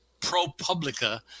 ProPublica